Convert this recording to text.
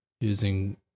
using